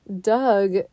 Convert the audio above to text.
Doug